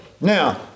Now